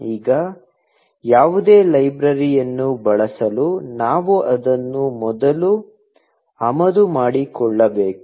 ಈಗ ಯಾವುದೇ ಲೈಬ್ರರಿಯನ್ನು ಬಳಸಲು ನಾವು ಅದನ್ನು ಮೊದಲು ಆಮದು ಮಾಡಿಕೊಳ್ಳಬೇಕು